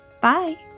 bye